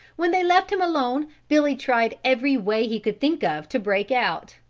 when they left him alone billy tried every way he could think of to break out,